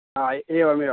हा एवमेवं